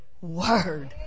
word